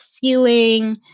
feeling